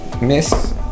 miss